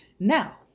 Now